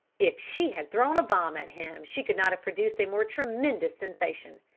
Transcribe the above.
if she had thrown a bomb at him she could not have produced a more tremendous sensation.